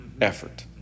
effort